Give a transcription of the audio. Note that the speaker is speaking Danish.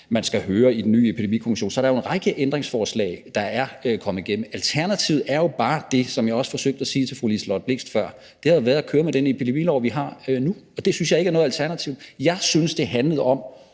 man skal høre i den nye Epidemikommission. Så der er en række ændringsforslag, der er kommet igennem. Alternativet havde jo bare været – som jeg også forsøgte at sige til fru Liselott Blixt før – at køre med den epidemilov, vi har nu, og det synes jeg ikke er noget alternativ. Jeg syntes, det handlede om